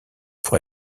pour